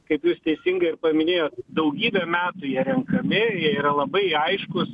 kaip jūs teisingai ir paminėjo daugybė metų jie renkami jie yra labai aiškūs